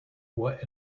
what